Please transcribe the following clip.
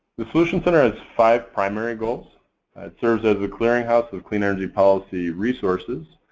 the solutions center has five primary goals. it serves as a clearing house of clean energy policy resources.